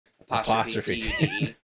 apostrophe